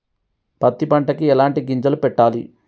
పత్తి పంటకి ఎలాంటి గింజలు పెట్టాలి?